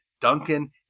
Duncan